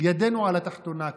ידנו על התחתונה כאן,